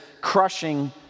crushing